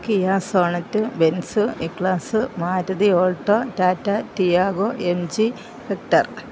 Kia sonnet Benz a class Maruti alto Tata Tiago MG hector